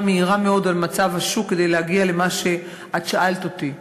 מהירה מאוד על מצב השוק כדי להגיע למה שאת שאלת אותי עליו,